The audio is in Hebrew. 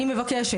בבקשה,